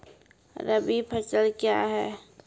रबी फसल क्या हैं?